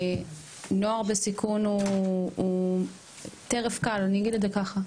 נוער בסיכון הוא טרף קל אני אגיד את זה ככה,